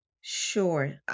Sure